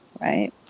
right